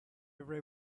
every